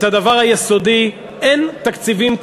את הדבר היסודי: אין תקציבים קלים.